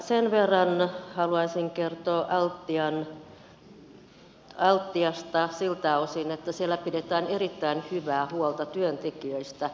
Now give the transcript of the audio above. sen verran haluaisin kertoa altiasta siltä osin että siellä pidetään erittäin hyvää huolta työntekijöistä